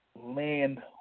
land